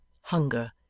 hunger